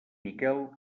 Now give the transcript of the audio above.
miquel